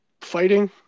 fighting